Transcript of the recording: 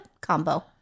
combo